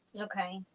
Okay